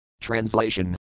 Translation